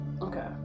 Okay